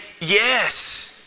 yes